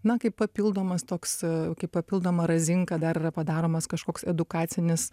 na kaip papildomas toks kaip papildoma razinka dar yra padaromas kažkoks edukacinis